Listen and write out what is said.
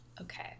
Okay